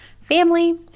family